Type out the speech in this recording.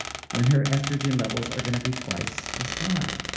when her estrogen levels are gonna be twice as high.